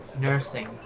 nursing